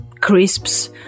crisps